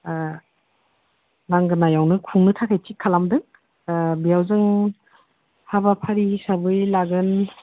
लांगोनायावनो खुंनो थाखाय थिग खालामदों बेयाव जों हाबाफारि हिसाबै लागोन